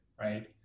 right